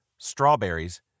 Strawberries